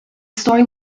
story